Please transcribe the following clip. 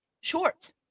short